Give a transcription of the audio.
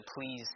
please